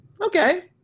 Okay